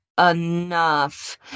enough